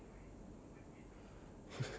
oh they came out with a new one already